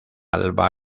alba